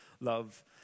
love